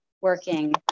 working